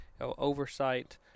oversight